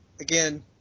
again